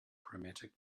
chromatic